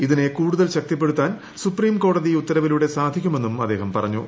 ഇതിനെ കൂടുതൽ ശക്തിപ്പെടുത്താൻ സുപ്രീംകോടതി ഉത്തരവിലൂടെ സാധിക്കുമെന്നും അദ്ദേഹം പറഞ്ഞു